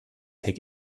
tech